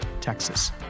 Texas